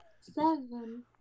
Seven